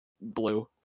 blue